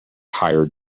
hired